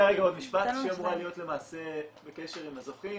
היא אמורה להיות למעשה בקשר עם הזוכים,